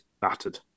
battered